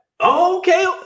Okay